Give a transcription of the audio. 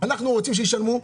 אנחנו רוצים שישלמו,